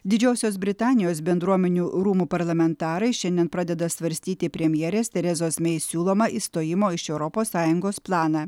didžiosios britanijos bendruomenių rūmų parlamentarai šiandien pradeda svarstyti premjerės terezos mei siūlomą išstojimo iš europos sąjungos planą